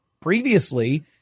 Previously